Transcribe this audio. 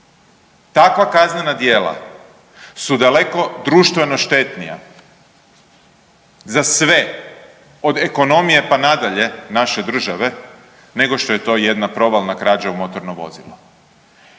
takva kaznena djela su daleko društveno štetnija za sve od ekonomije pa nadalje naše države nego što je to jedna provalna krađa u motorno vozilo.